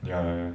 ya ya ya